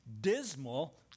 dismal